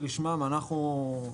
כלומר,